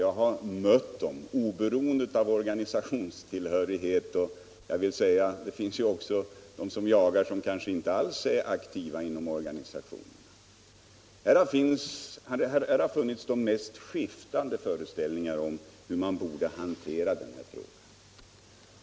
Jag har mött dem oberoende av organisationstillhörigheten. Det har funnits de mest skiftande föreställningar om hur man borde hantera denna fråga.